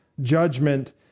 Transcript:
judgment